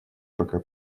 пока